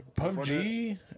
PUBG